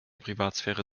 privatsphäre